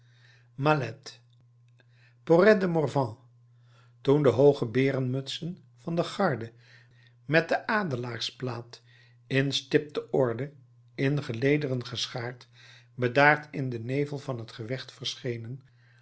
mallet poret de morvan toen de hooge berenmutsen van de garde met de adelaarsplaat in stipte orde in gelederen geschaard bedaard in den nevel van het gevecht verschenen